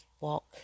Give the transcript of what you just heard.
walk